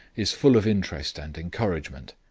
is full of interest and encouragement.